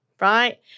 right